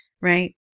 right